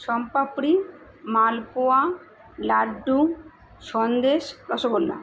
soan papdi malpua laddoo sandesh rasgulla